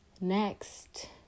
Next